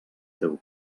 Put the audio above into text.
teu